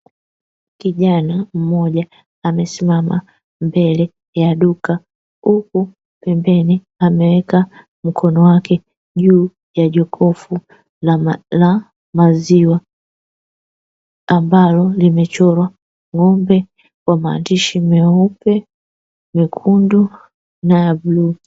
Kijana mmoja amesimama mbele ya duka huku pembeni ameweka mkono wake juu ya jokofu la maziwa, ambalo limechorwa ng'ombe kwa maandishi meupe ,mekundu na bluu.